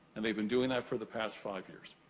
and they've been doing that for the past five years.